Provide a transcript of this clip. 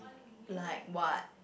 like what